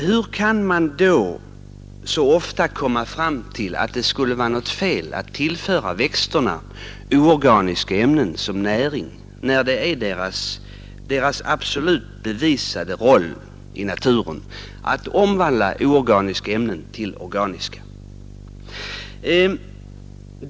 Hur kan man då så ofta komma fram till att det skulle vara något fel att tillföra växterna oorganiska ämnen som näring, när det är deras absolut bevisade roll i naturen att omvandla oorganiska ämnen till organiska?